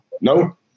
No